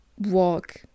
walk